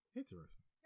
Interesting